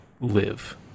live